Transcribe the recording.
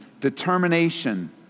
determination